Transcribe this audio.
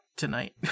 Tonight